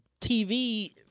TV—